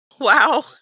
wow